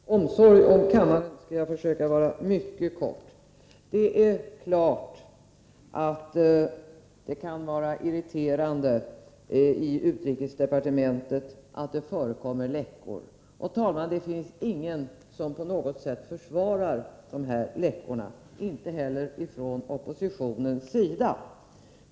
Herr talman! Av omsorg om kammaren skall jag försöka vara mycket kortfattad. Det är klart att det kan vara irriterande för utrikesdepartementet att det förekommer läckor. Det finns ingen, herr talman, som på något sätt försvarar dessa läckor, inte heller från oppositionens sida.